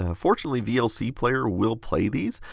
ah fortunately, vlc player will play these.